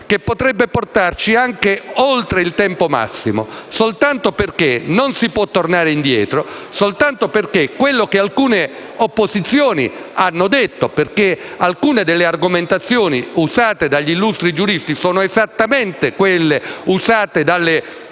che potrebbe portarci anche oltre il tempo massimo, soltanto perché non si può tornare indietro, soltanto perché non si può valutare quello che alcune opposizioni hanno detto (alcune delle argomentazioni usate dagli illustri giuristi sono esattamente quelle usate da